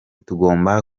tugomba